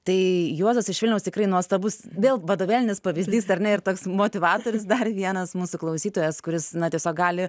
tai juozas iš vilniaus tikrai nuostabus vėl vadovėlinis pavyzdys ar ne ir toks motyvatorius dar vienas mūsų klausytojas kuris na tiesiog gali